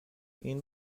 این